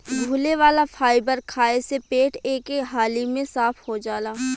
घुले वाला फाइबर खाए से पेट एके हाली में साफ़ हो जाला